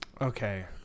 Okay